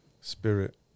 Spirit